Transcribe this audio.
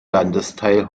landesteil